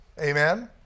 Amen